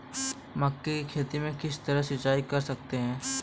मक्के की खेती में किस तरह सिंचाई कर सकते हैं?